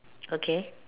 okay